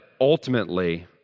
ultimately